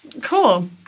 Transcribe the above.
Cool